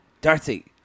Darcy